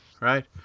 Right